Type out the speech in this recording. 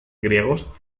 griegos